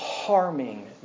Harming